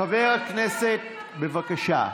חבר הכנסת, בבקשה.